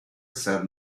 said